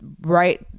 right